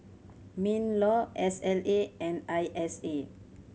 MinLaw S L A and I S A